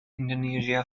indonesia